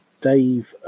Dave